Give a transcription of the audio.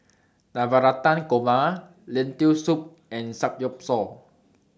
Navratan Korma Lentil Soup and Samgyeopsal